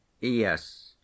yes